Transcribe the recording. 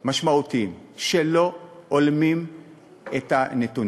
משמעותיים שלא הולמים את הנתונים.